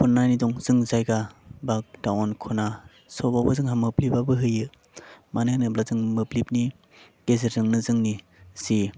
बेंखननानै दं जोंनि जायगा बा टाउन खना सबावबो जोंहा मोब्लिबा बोहैयो मानो होनोब्ला जों मोब्लिबनि गेजेरजोंनो जोंनि जे